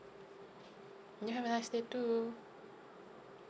you have a nice day too